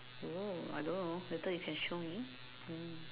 oh I don't know later you can show me mm